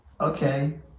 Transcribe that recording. Okay